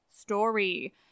story